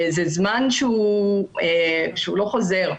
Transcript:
זה זמן שלא חוזר,